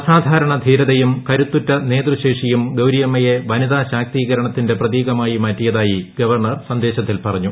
അസാധാരണ ധീരതയും കരുത്തുറ്റ നേതൃശേഷിയും ഗൌരിയമ്മയെ വനിതാ ശാക്തീകരണത്തിന്റെ പ്രതീകമായി മാറ്റിയതായി ഗവർണർ സന്ദേശത്തിൽ പറഞ്ഞു